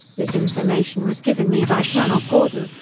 this information was given me by colonel gordon,